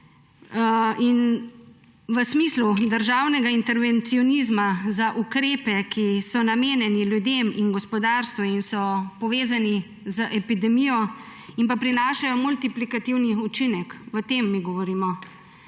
in v smislu državnega intervencionizma za ukrepe, ki so namenjeni ljudem in gospodarstvu in so povezani z epidemijo in pa prinašajo multiplikativni učinek, o tem mi govorimo